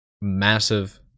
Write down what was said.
massive